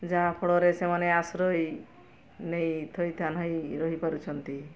ଯାହାଫଳରେ ସେମାନେ ଆଶ୍ରୟୀ ନେଇ ଥଇଥାନ ହୋଇ ରହିପାରୁଛନ୍ତି